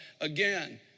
again